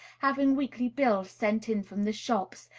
having weekly bills sent in from the shops,